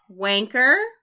Wanker